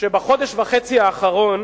שבחודש וחצי האחרונים